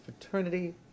fraternity